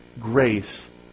grace